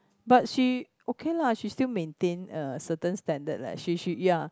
but she okay lah she still maintain a certain standard leh she she ya